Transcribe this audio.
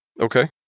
Okay